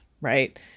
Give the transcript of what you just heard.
Right